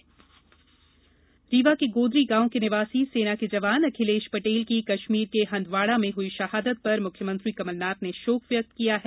शोक संवेदना रीवा के गोदरी गांव के निवासी सेना के जवान अखिलेश पटेल की कश्मीर के हंदवाड़ा में हुई शहादत पर मुख्यमंत्री कमल नाथ ने शोक व्यक्त किया है